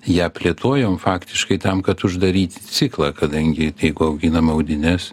ją plėtojom faktiškai tam kad uždaryti ciklą kadangi jeigu auginam audines